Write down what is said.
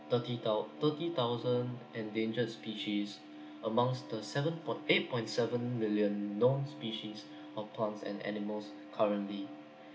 thirty thou~ thirty thousand endangered species amongst the seven point eight point seven million known species of plants and animals currently